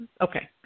Okay